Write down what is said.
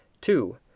Two